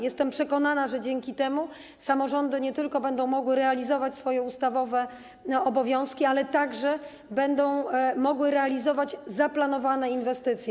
Jestem przekonana, że dzięki temu samorządy nie tylko będą mogły realizować swoje ustawowe obowiązki, ale także będą mogły realizować zaplanowane inwestycje.